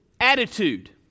attitude